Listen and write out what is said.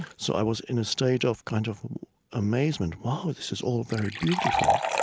so i was in a state of kind of amazement. wow, this is all very beautiful.